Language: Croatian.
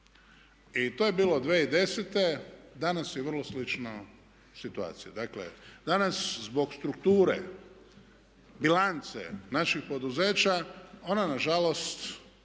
To je bilo 2010., danas je vrlo slična situacija. Dakle danas zbog strukture bilance naših poduzeća ona nažalost